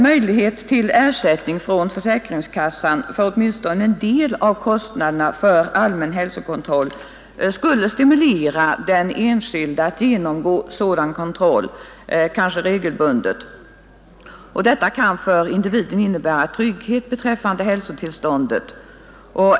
Möjlighet till ersättning från försäkringskassan för åtminstone en del av kostnaderna för allmän hälsokontroll skulle stimulera den enskilde att genomgå sådan kontroll, kanske regelbundet. Och detta kan för individen innebära trygghet beträffande hälsotillståndet.